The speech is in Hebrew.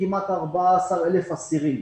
וכמעט 14,000 אסירים.